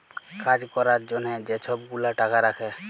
কাজ ক্যরার জ্যনহে যে ছব গুলা টাকা রাখ্যে